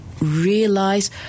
Realize